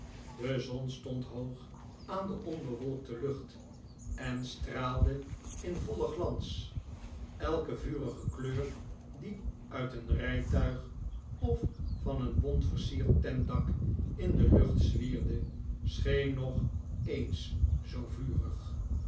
de zon stond hoog aan de onbewolkte lucht en straalde in vollen glans elke vurige kleur die uit een rijtuig of van een bont versierd tentdak in de lucht zwierde scheen nog eens zoo vurig